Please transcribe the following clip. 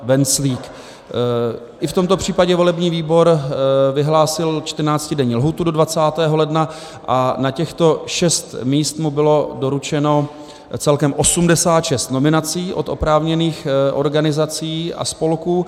I v tomto případě volební výbor vyhlásil 14denní lhůtu do 20. ledna a na těchto šest míst mu bylo doručeno celkem 86 nominací od oprávněných organizací a spolků.